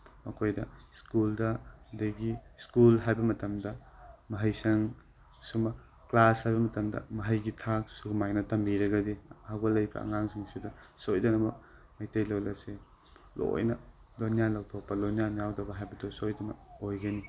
ꯃꯈꯣꯏꯗ ꯁ꯭ꯀꯨꯜꯗ ꯑꯗꯨꯗꯒꯤ ꯁ꯭ꯀꯨꯜ ꯍꯥꯏꯕ ꯃꯇꯝꯗ ꯃꯍꯩꯁꯪ ꯑꯁꯨꯝꯕ ꯀ꯭ꯂꯥꯁ ꯍꯥꯏꯕ ꯃꯇꯝꯗ ꯃꯍꯩꯒꯤ ꯊꯥꯛ ꯁꯨꯃꯥꯏꯅ ꯇꯝꯕꯤꯔꯒꯗꯤ ꯍꯧꯒꯠꯂꯛꯏꯕ ꯑꯉꯥꯡꯁꯤꯡꯁꯤꯗ ꯁꯣꯏꯗꯅꯕ ꯃꯩꯇꯩ ꯂꯣꯟ ꯑꯁꯦ ꯂꯣꯏꯅ ꯂꯣꯟꯌꯥꯟ ꯂꯧꯊꯣꯛꯄ ꯂꯣꯟꯌꯥꯟ ꯌꯥꯎꯗꯕ ꯍꯥꯏꯕꯗꯨ ꯁꯣꯏꯗꯅ ꯑꯣꯏꯗꯅꯤ